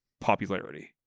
popularity